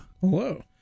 Hello